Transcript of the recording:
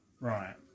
Right